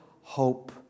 hope